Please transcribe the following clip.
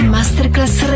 Masterclass